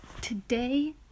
today